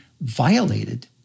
violated